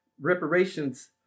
reparations